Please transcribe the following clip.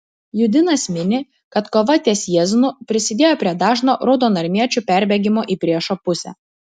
judinas mini kad kova ties jieznu prisidėjo prie dažno raudonarmiečių perbėgimo į priešo pusę